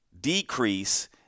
decrease